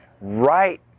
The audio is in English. right